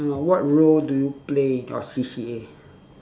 what role do you play in your C_C_A